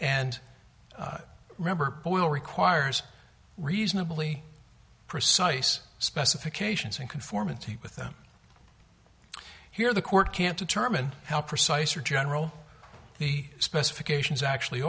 rubber boil requires reasonably precise specifications in conformity with them here the court can't determine how precise or general the specifications actually